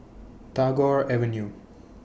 Tagore Avenue